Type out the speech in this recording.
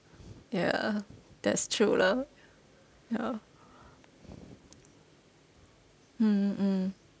ya that's true lah ya mm mm